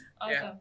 awesome